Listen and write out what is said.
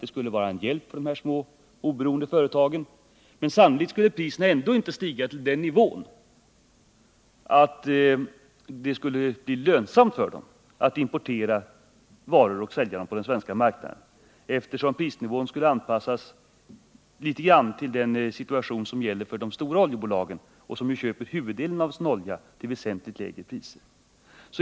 Det skulle vara en hjälp för de små, oberoende företagen, men sannolikt skulle priserna ändå inte stiga till den nivån att det skulle bli lönsamt för dem att importera varor och sälja dem på den svenska marknaden, eftersom prisnivån litet grand skulle anpassas till den situation som gäller för de stora oljebolagen som köper huvuddelen av sin olja till väsentligt lägre priser.